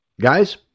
Guys